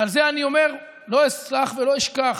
ועל זה אני אומר: לא אסלח ולא אשכח.